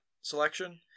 selection